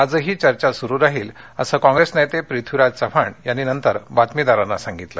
आजही चर्चा सुरु राहील असं काँप्रेस नेते पृथ्वीराज चव्हाण यांनी नंतर बातमीदारांना सांगितलं